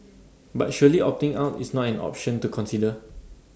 but surely opting out is not an option to consider